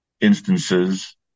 instances